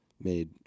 made